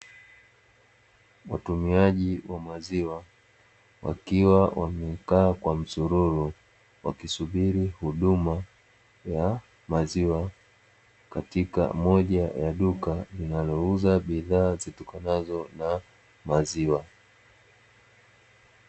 Watumiaji wa maziwa wakiwa wamekaa kwa msururu wakisubiri huduma ya maziwa, katika moja ya duka linalo uza bidhaa zitokanazo na maziwa.